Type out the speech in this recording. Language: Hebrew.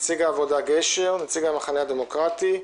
נציג העבודה-גשר, נציג המחנה הדמוקרטי,